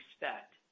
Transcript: expect